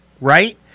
Right